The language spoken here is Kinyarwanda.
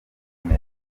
neza